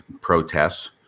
protests